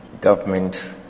Government